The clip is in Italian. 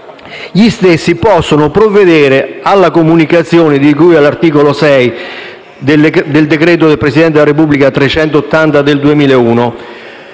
ultimi possono provvedere alla comunicazione di cui all'articolo 6 del decreto del Presidente della Repubblica n. 380 del 2001.